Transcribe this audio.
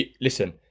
listen